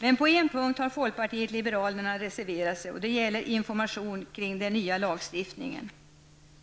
Men på en punkt har folkpartiet liberalerna reserverat sig och det gäller informationen kring den nya lagstiftningen.